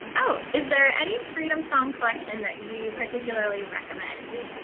oh, is there any freedom song collection that you particularly recommend?